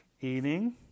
Eating